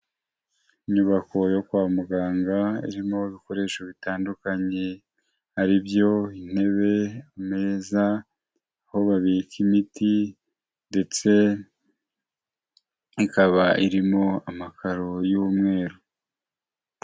Inyubako yo kwa muganga, irimo ibikoresho bitandukanye, ari byo intebe, imeza, aho babika imiti ndetse ikaba irimo amakaro y'umweru.